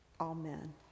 Amen